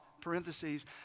parentheses